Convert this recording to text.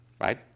right